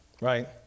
Right